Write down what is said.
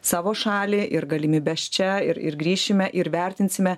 savo šalį ir galimybes čia ir ir grįšime ir vertinsime